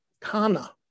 kana